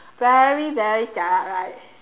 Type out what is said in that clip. very very jialat right